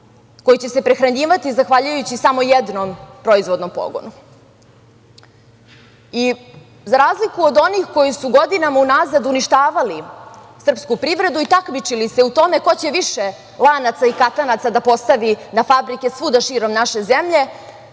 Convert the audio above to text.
koji će se prehranjivati zahvaljujući samo jednom proizvodnom pogonu.I za razliku od onih koji su godinama unazad uništavali srpsku privredu i takmičili se u tome ko će više lanaca i katanaca da posadi na fabrike svuda širom naše zemlje,